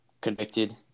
convicted